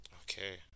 Okay